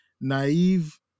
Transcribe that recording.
naive